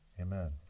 amen